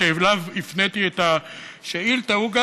אותו שר שאליו הפניתי את השאילתה הוא גם